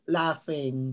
laughing